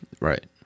Right